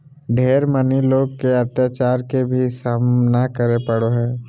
ढेर मनी लोग के अत्याचार के भी सामना करे पड़ो हय